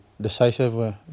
decisive